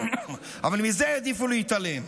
אבל מזה העדיפו להתעלם,